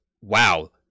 wow